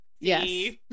Yes